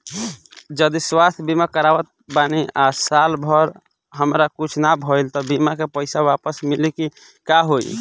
जदि स्वास्थ्य बीमा करावत बानी आ साल भर हमरा कुछ ना भइल त बीमा के पईसा वापस मिली की का होई?